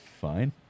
fine